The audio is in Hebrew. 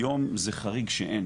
היום זה חריג שאין,